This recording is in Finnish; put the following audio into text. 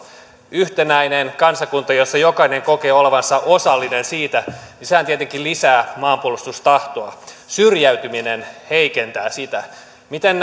yhtenäinen kansakunta jossa jokainen kokee olevansa osallisena tietenkin lisää maanpuolustustahtoa syrjäytyminen heikentää sitä miten